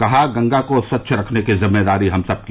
कहा गंगा को स्वच्छ रखने की जिम्मेदारी हम सबकी